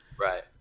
Right